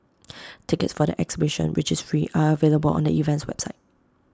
tickets for the exhibition which is free are available on the event's website